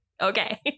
Okay